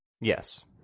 Yes